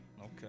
Okay